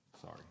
Sorry